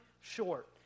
short